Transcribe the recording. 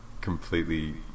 completely